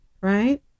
right